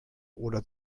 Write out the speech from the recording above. oder